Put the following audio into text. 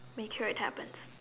make sure it happens